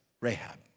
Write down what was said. Rahab